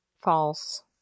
False